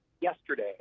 yesterday